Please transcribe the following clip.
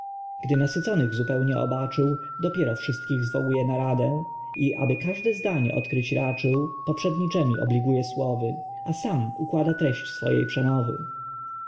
gdy nasyconych zupełnie obaczył dopiero wszystkich zwołuje na radę i aby każdy zdanie odkryć raczył poprzedniczemi obliguje słowy a sam układa treść swojej przemowy